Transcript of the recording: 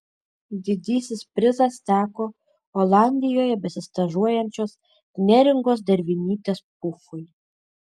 didysis prizas teko olandijoje besistažuojančios neringos dervinytės pufui